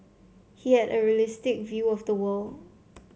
he had a realistic view of the world